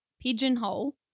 pigeonhole